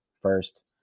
first